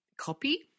copy